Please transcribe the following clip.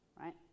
right